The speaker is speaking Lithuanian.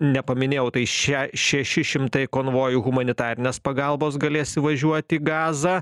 nepaminėjau tai šia šeši šimtai konvojų humanitarinės pagalbos galės įvažiuot į gazą